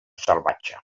salvatge